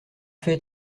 fait